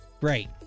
Great